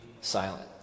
Silent